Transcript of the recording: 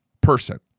person